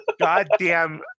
Goddamn